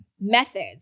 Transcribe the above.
methods